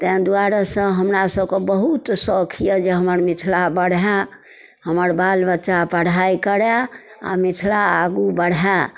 ताहि दुआरेसँ हमरा सबके बहुत सौख अइ जे हमर मिथिला बढ़ै हमर बाल बच्चा पढ़ाइ करै आओर मिथिला आगू बढ़ै